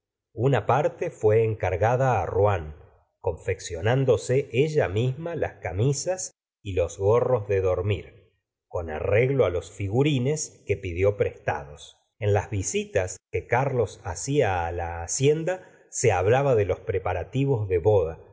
una parte fué encargada rouen confeccionándose ella misma las camisas y los gorros de dormir con arreglo los figurines que pidió prestados en las visitas que carlos hacía la hacienda se hablaba de los preparativos de boda